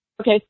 Okay